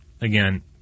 again